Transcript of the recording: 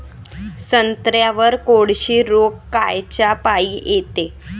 संत्र्यावर कोळशी रोग कायच्यापाई येते?